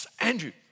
Andrew